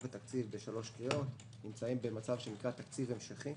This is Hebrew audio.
התקציב בשלוש קריאות אנחנו נמצאים במצב שנקרא תקציב המשכי.